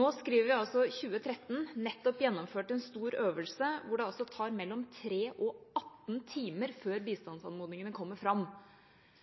Nå skriver vi altså 2013, og det er nettopp blitt gjennomført en stor øvelse hvor det altså tok mellom 3 og 18 timer før bistandsanmodningene kom fram.